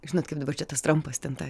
žinot kaip dabar čia tas trampas ten tą